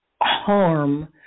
harm